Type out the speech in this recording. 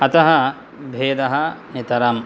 अतः भेदः नितरां